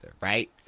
right